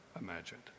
imagined